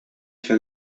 się